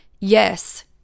yes